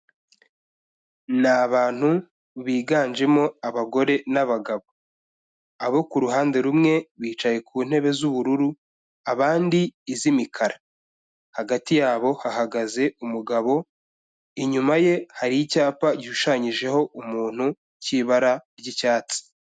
Ni abantu biganjemo abagore n'abagabo. Abo ku ruhande rumwe bicaye ku ntebe z'ubururu abandi iz'imikara. Hagati yabo hahagaze umugabo, inyuma ye hari icyapa gishushanyijeho umuntu cy'ibara ry'icyatsi.